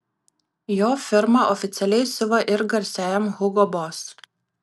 jo firma oficialiai siuva ir garsiajam hugo boss